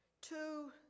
Two